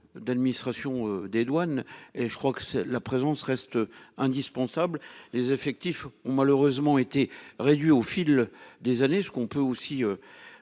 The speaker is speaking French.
D'administration des douanes et je crois que c'est la présence reste indispensable. Les effectifs ont malheureusement été réduit au fil des années ce qu'on peut aussi.